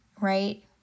right